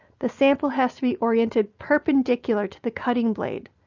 the sample has to be oriented perpendicular to the cutting blade,